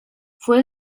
fue